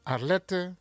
Arlette